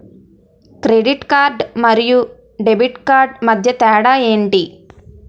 Credit card మరియు debit card మధ్య తేడా ఎంటి?